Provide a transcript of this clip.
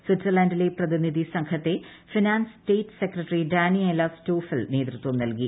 സ്വിറ്റ്സർലൻഡിലെ പ്രതിനിധി സംഘത്തെ finance state secretary Daniela Stoffel നേതൃത്വം നൽകി